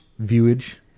viewage